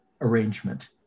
arrangement